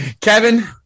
Kevin